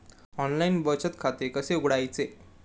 Online बचत खाते कसे उघडायचे?